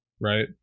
right